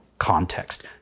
context